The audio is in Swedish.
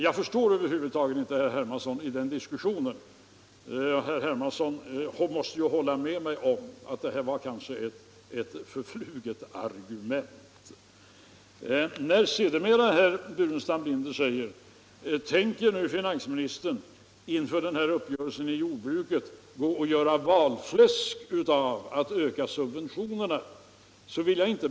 Jag förstår över huvud taget inte herr Hermansson i den diskussionen.